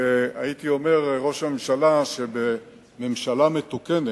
והייתי אומר, ראש הממשלה, שבממשלה מתוקנת,